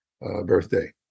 birthday